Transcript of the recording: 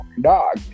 dog